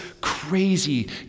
crazy